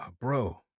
Bro